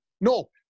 No